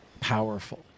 Powerful